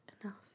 enough